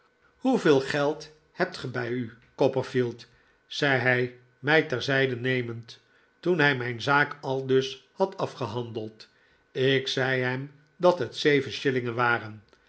hoeveel geld hebt ge bij u copperfield zei hij mij terzijde nemend toen hij mijn zaak aldus had afgehandeld ik zei hem dat het zeven shillingen waren